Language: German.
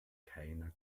keiner